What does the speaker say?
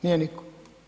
Nije niko.